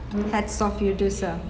hats off you